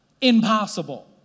impossible